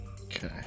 Okay